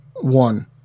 One